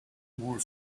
more